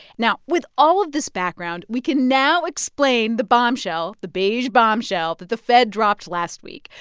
now, with all of this background, we can now explain the bombshell the beige bombshell that the fed dropped last week.